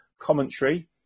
commentary